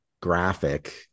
graphic